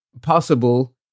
possible